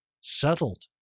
Settled